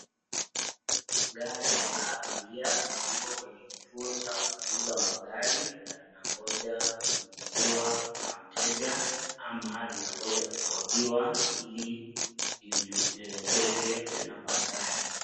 Gari la abiria liko kwenye kituo cha kuuza magari na linagonja kununuliwa na mteja ama linagonja kukodiwa ili liregeshwe tena baadaye.